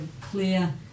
clear